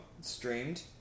streamed